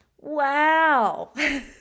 Wow